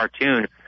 cartoon